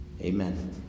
Amen